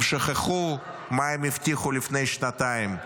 הם שכחו מה הם הבטיחו לפני שנתיים,